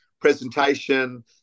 presentation